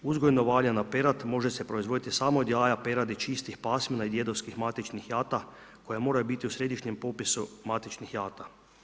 Uzgojno valjana perad može se proizvoditi samo od jaja peradi čistih pasmina i djedovskih matičnih jata koje moraju biti u središnjem popisu matičnih jata.